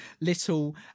little